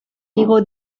igo